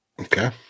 Okay